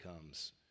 comes